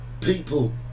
people